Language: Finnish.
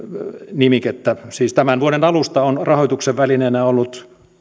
nimikettä siis tämän vuoden alusta on rahoituksen välineenä ollut